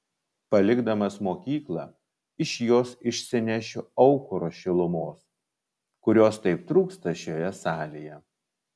palikdamas mokyklą iš jos išsinešiu aukuro šilumos kurios taip trūksta šioje salėje